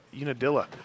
Unadilla